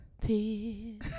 tears